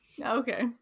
Okay